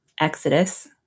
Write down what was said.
exodus